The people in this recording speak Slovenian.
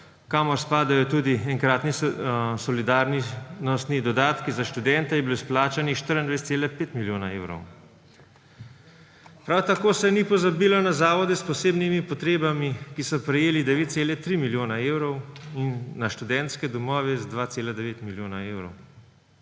kamor spadajo tudi enkratni solidarnostni dodatki za študente, je bilo izplačanih 24,5 milijona evrov. Prav tako se ni pozabilo na zavode s posebnimi potrebami, ki so prejeli 9,3 milijona evrov, in na študentske domove z 2,9 milijona evrov,